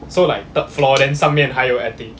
so like third floor then 上面还有 attic